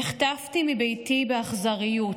נחטפתי מביתי באכזריות,